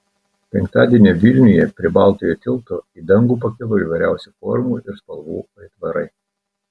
penktadienį vilniuje prie baltojo tilto į dangų pakilo įvairiausių formų ir spalvų aitvarai